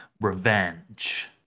Revenge